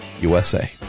USA